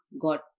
got